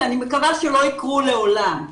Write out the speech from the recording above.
ואני מקווה שלא יקרו לעולם.